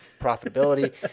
profitability